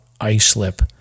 Islip